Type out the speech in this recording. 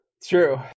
True